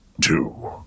two